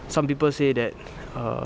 some people say that err